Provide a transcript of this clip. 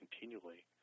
continually